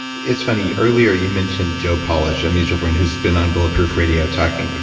it's funny. earlier you mentioned joe polish, a mutual friend who's been on bulletproof radio talking,